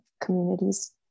communities